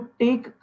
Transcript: take